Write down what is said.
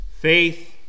faith